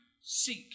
seek